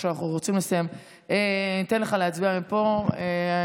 להצביע מפה.